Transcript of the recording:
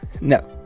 No